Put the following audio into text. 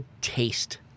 taste